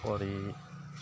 কৰি